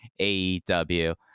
AEW